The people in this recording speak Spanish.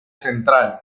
central